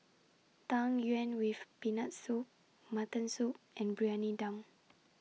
Tang Yuen with Peanut Soup Mutton Soup and Briyani Dum